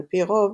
על פי רוב,